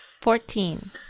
Fourteen